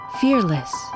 fearless